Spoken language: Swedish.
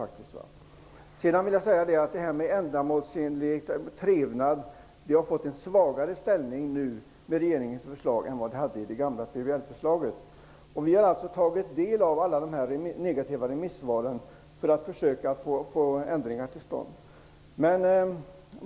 Ändamålsenlighet och trevnad har fått en svagare ställning i och med regeringens förslag än det hade i det gamla PBL-förslaget. Vi har alltså tagit del av alla dessa negativa remissvar för att kunna försöka få ändringar till stånd.